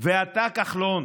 ואתה, כחלון,